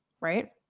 right